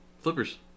Flippers